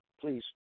Please